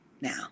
now